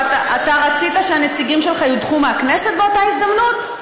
ואתה רצית שהנציגים שלך יודחו מהכנסת באותה הזדמנות?